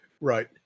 Right